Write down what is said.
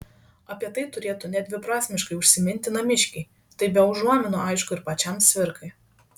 apie tai turėtų nedviprasmiškai užsiminti namiškiai tai be užuominų aišku ir pačiam cvirkai